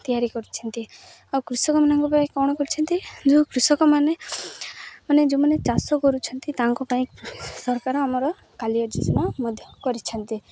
ତିଆରି କରିଛନ୍ତି ଆଉ କୃଷକମାନଙ୍କ ପାଇଁ କ'ଣ କରିଛନ୍ତି ଯେଉଁ କୃଷକମାନେ ମାନେ ଯେଉଁମାନେ ଚାଷ କରୁଛନ୍ତି ତାଙ୍କ ପାଇଁ ସରକାର ଆମର କାଳିଆ ଯୋଜନା ମଧ୍ୟ କରିଛନ୍ତି